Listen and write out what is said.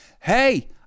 hey